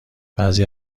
بعضی